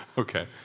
okay,